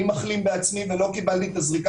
אני בעצמי מחלים ולא קיבלתי את הזריקה